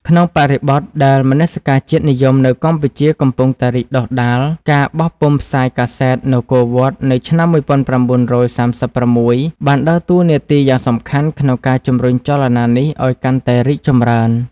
ក្នុងបរិបទដែលមនសិការជាតិនិយមនៅកម្ពុជាកំពុងតែរីកដុះដាល ការបោះពុម្ពផ្សាយកាសែត នគរវត្ត នៅឆ្នាំ១៩៣៦ បានដើរតួនាទីយ៉ាងសំខាន់ក្នុងការជំរុញចលនានេះឱ្យកាន់តែរីកចម្រើន។